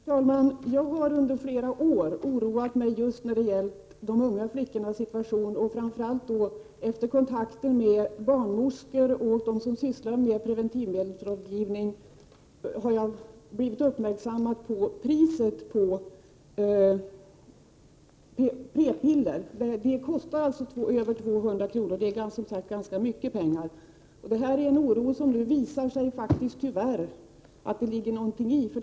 Fru talman! Jag har under flera år oroat mig med tanke på speciellt de unga flickornas situation. Framför allt efter min kontakt med barnmorskor och dem som sysslar med preventivmedelsrådgivning har jag blivit uppmärksammad på priset på p-piller. Kostnaden uppgår alltså till över 200 kr., och det är som sagt ganska mycket pengar. Tyvärr visar det sig att det faktiskt ligger någonting bakom oron.